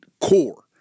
core